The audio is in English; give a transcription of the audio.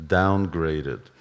downgraded